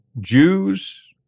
Jews